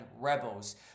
Rebels